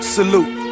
Salute